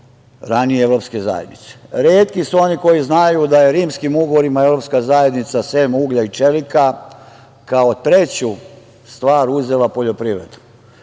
ranije Evropske zajednice. Retki su oni koji znaju da je rimskim ugovorima Evropska zajednica, sem uglja i čelika kao treću stvar uzela poljoprivredu.